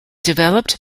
developed